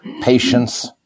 patience